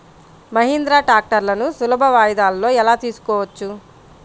మహీంద్రా ట్రాక్టర్లను సులభ వాయిదాలలో ఎలా తీసుకోవచ్చు?